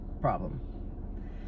problem